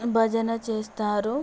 భజన చేస్తారు